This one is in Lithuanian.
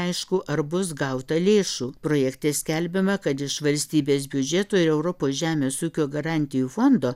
neaišku ar bus gauta lėšų projekte skelbiama kad iš valstybės biudžeto ir europos žemės ūkio garantijų fondo